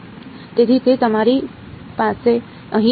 તેથી તે અમારી પાસે અહીં છે